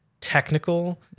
technical